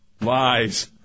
Lies